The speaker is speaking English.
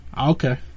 Okay